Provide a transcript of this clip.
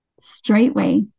straightway